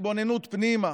ההתבוננות החינוכית פנימה